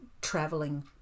traveling